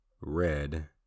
red